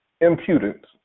impudence